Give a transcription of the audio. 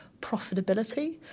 profitability